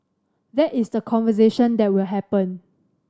that is the conversation that will happen